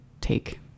take